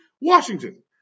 Washington